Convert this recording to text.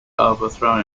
overthrow